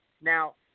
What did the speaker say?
Now